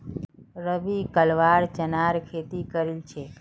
रवि कलवा चनार खेती करील छेक